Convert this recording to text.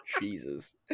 Jesus